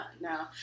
No